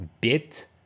bit